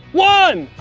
one.